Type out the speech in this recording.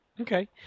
Okay